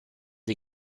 die